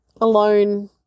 alone